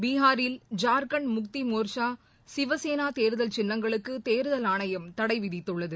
பீகாரில் ஜார்க்கண்ட் முக்தி மோர்சா சிவசேனா தேர்தல் சின்னங்களுககு தேர்தல் ஆணையம் தடை விதித்துள்ளது